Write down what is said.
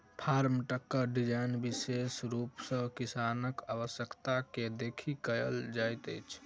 farm ट्रकक design विशेष रूप सॅ किसानक आवश्यकता के देखि कयल जाइत अछि